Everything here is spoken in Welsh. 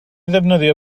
ddefnyddio